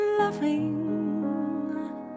loving